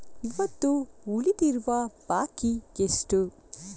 ಇವತ್ತು ಉಳಿದಿರುವ ಬಾಕಿ ಎಷ್ಟು?